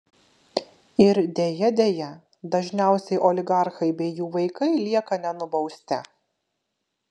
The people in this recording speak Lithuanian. ir deja deja dažniausiai oligarchai bei jų vaikai lieka nenubausti